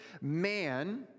man